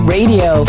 Radio